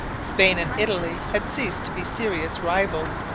spain and italy had ceased to be serious rivals.